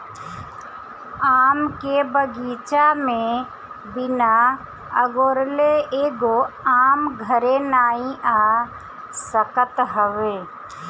आम के बगीचा में बिना अगोरले एगो आम घरे नाइ आ सकत हवे